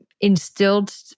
instilled